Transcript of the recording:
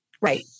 Right